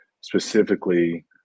specifically